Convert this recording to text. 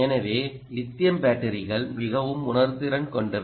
எனவே லித்தியம் பேட்டரிகள் மிகவும் உணர்திறன் கொண்டவை